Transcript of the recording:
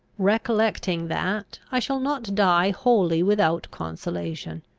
recollecting that, i shall not die wholly without consolation.